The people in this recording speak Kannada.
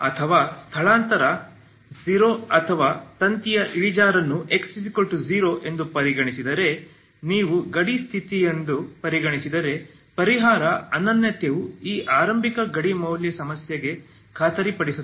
ಅಥವಾ ಸ್ಥಳಾಂತರ 0 ಅಥವಾ ತಂತಿಯ ಇಳಿಜಾರನ್ನು x0 ಎಂದು ಪರಿಗಣಿಸಿದರೆ ನೀವು ಗಡಿ ಸ್ಥಿತಿಯೆಂದು ಪರಿಗಣಿಸಿದರೆ ಪರಿಹಾರದ ಅನನ್ಯತೆಯು ಈ ಆರಂಭಿಕ ಗಡಿ ಮೌಲ್ಯ ಸಮಸ್ಯೆಗೆ ಖಾತರಿಪಡಿಸುತ್ತದೆ